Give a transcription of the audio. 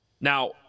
Now